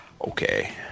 okay